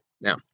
Now